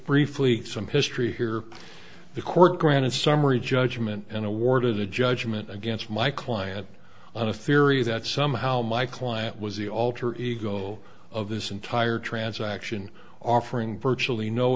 briefly some history here the court granted summary judgment and awarded a judgment against my client on the theory that somehow my client was the alter ego of this entire transaction offering virtually no